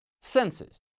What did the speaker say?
senses